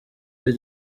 b’i